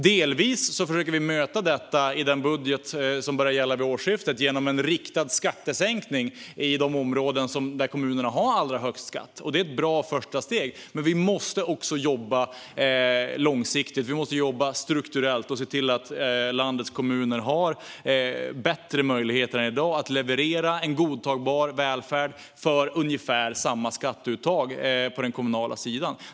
Delvis försöker vi möta detta i den budget som börjar gälla vid årsskiftet genom en riktad skattesänkning i de områden där kommunerna har allra högst skatt. Det är ett bra första steg, men vi måste också jobba långsiktigt. Vi måste jobba strukturellt och se till att landets kommuner får bättre möjligheter än i dag att leverera en godtagbar välfärd för ungefär samma skatteuttag på den kommunala sidan.